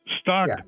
stock